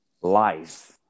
life